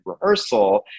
rehearsal